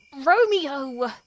Romeo